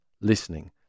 listening